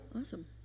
Awesome